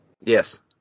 Yes